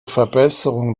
verbesserung